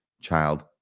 child